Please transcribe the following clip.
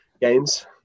games